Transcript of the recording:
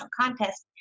contest